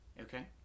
Okay